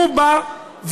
הוא בא,